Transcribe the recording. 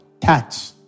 touch